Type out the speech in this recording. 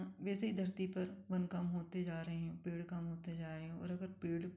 वैसे ही धरती पर वन कम होते जा रहे हैं पेड़ कम होते जा रहे हैं और अगर पेड़